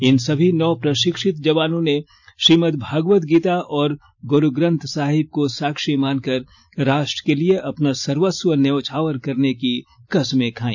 इन सभी नव प्रशिक्षित जवानों ने श्रीमदभागवत गीता और ग्रुरु ग्रंथ साहिब को साक्षी मानकर राष्ट्र के लिए अपना सर्वस्व न्योछावर करने की कसमें खाई